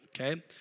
okay